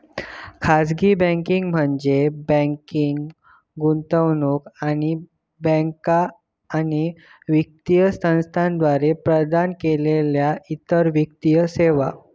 खाजगी बँकिंग म्हणजे बँकिंग, गुंतवणूक आणि बँका आणि वित्तीय संस्थांद्वारा प्रदान केलेल्यो इतर वित्तीय सेवा